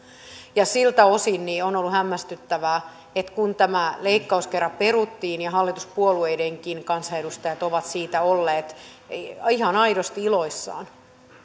siltä osin on ollut hämmästyttävää että kun tämä leikkaus kerran peruttiin ja hallituspuolueidenkin kansanedustajat ovat siitä olleet ihan aidosti iloissaan